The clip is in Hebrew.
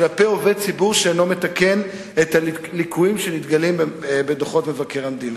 כלפי עובד ציבור שאינו מתקן את הליקויים שמתגלים בדוחות מבקר המדינה.